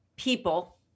people